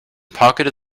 pocketed